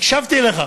הקשבתי לך.